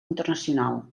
internacional